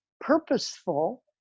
purposeful